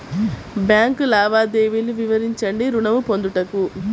Bank లావాదేవీలు వివరించండి ఋణము పొందుటకు?